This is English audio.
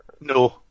No